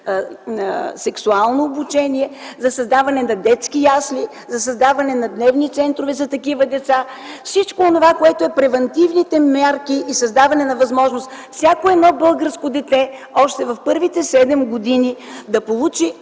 сексуално обучение, за създаване на детски ясли, за създаване на дневни центрове за такива деца. Всичко онова, което са превантивните мерки и създаването на възможност всяко българско дете още в първите седем години да получи